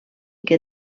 que